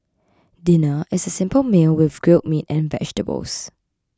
dinner is a simple meal with grilled meat and vegetables